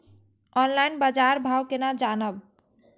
Online बाजार भाव केना जानब?